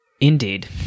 Indeed